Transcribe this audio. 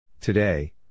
Today